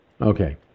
Okay